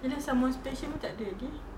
ya lah someone special pun tak ada lagi